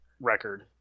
record